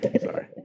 Sorry